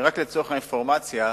רק לצורך האינפורמציה,